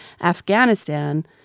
Afghanistan